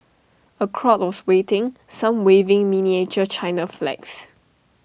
A crowd was waiting some waving miniature China flags